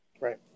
Right